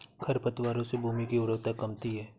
खरपतवारों से भूमि की उर्वरता कमती है